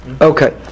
Okay